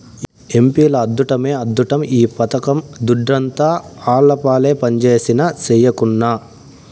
ఎంపీల అద్దుట్టమే అద్దుట్టం ఈ పథకం దుడ్డంతా ఆళ్లపాలే పంజేసినా, సెయ్యకున్నా